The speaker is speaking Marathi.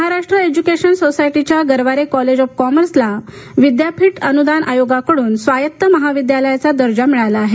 महाराष्ट्र एज्युकेशन सोसायटीच्या गरवारे कॉलेज ऑफ कॉमर्सला विद्यापीठ अनुदान आयोगाकडून स्वायत्त महाविद्यालयाचा दर्जा मिळाला आहे